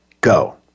Go